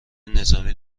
نظامی